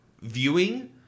viewing